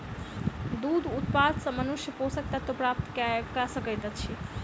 दूध उत्पाद सॅ मनुष्य पोषक तत्व प्राप्त कय सकैत अछि